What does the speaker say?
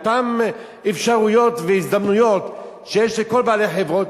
את אותן אפשרויות והזדמנויות שיש לכל בעלי חברות.